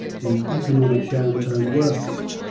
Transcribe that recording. the economic downturn worsened.